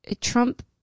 Trump